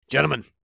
Gentlemen